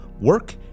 work